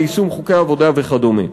ליישום חוקי העבודה וכדומה.